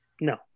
No